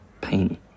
pain